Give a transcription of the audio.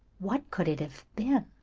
what could it have been